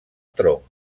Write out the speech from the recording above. tronc